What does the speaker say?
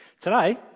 Today